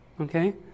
okay